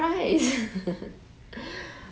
cause it's almost the same price [what]